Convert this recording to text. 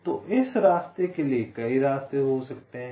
तो इस रास्ते के लिए कई रास्ते हो सकते हैं